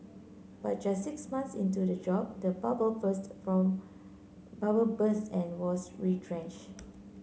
but just six months into the job the bubble burst from bubble burst and was retrenched